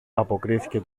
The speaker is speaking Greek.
αποκρίθηκε